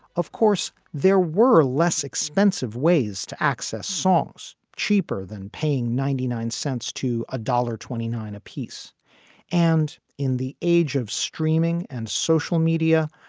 of course, there were less expensive ways to access songs cheaper than paying ninety nine cents to a dollar twenty nine apiece and in the age of streaming and social media,